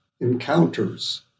encounters